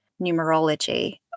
numerology